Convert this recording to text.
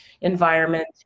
environment